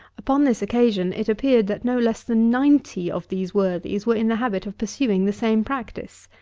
upon this occasion, it appeared that no less than ninety of these worthies were in the habit of pursuing the same practices.